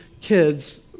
kids